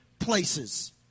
Places